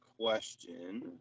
question